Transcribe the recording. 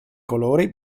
colori